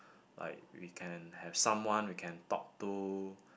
like we can have someone we can talk to